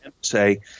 say